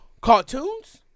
Cartoons